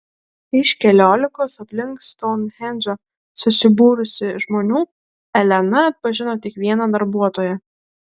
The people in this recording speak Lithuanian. iš keliolikos aplink stounhendžą susibūrusių žmonių elena atpažino tik vieną darbuotoją